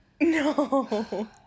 No